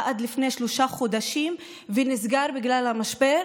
לפני שלושה חודשים ונסגר בגלל המשבר,